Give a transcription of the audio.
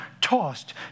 tossed